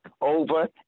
over